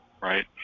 right